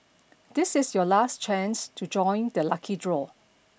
this is your last chance to join the lucky draw